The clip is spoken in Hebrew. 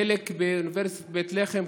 חלק באוניברסיטת בית לחם,